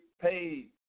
paid